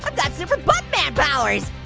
ah got super butt man powers.